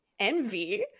envy